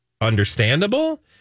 understandable